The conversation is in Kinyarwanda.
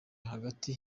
hagati